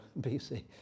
BC